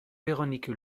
véronique